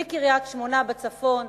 קריית-שמונה בצפון,